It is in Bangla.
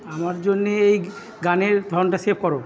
আমার জন্যে এই গানের ধরনটা সেভ করো